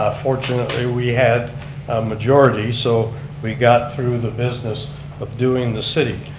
fortunately we had a majority, so we got through the business of doing the city.